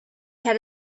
had